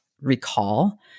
recall